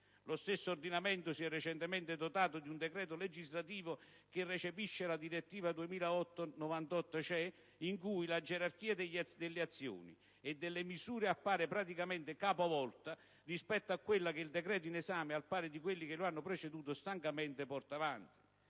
Lo stesso ordinamento italiano si è recentemente dotato di un decreto legislativo che recepisce la direttiva 2008/98/CE in cui la gerarchia delle azioni e delle misure appare praticamente capovolta rispetto a quella che il decreto in esame, al pari di quelli che lo hanno preceduto, stancamente porta avanti.